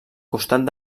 costat